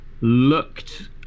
looked